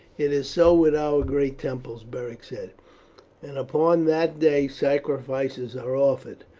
it is so with our great temples, beric said and upon that day sacrifices are offered.